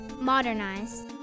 Modernized